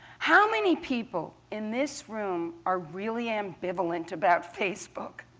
how many people in this room are really ambivalent about facebook?